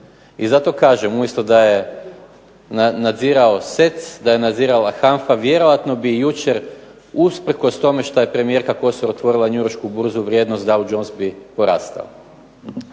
i zato kažem umjesto da je nadzirala HANFA vjerojatno bi jučer usprkos tome što je premijerka otvorila Njujoršku burzu vrijednost Dow Jones bi porasla.